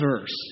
verse